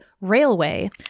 Railway